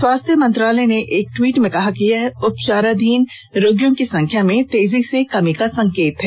स्वास्थ्य मंत्रालय ने एक ट्वीट में कहा कि यह उपचाराधीन रोगियों की संख्या में तेजी से कमी का संकेत है